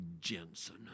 Jensen